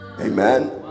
Amen